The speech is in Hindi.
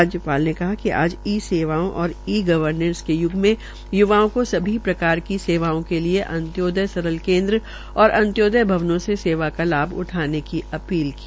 राजयपाल ने कहा कि आज ई सेवा और ई गर्वेनस के य्ग में य्वाओं को सभी प्रकार की सेवाओं के लिये अत्योदय सरल केन्द्र और अत्योदय भवनों से सेवा का लाभ उठाने की अपील की